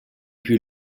più